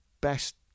best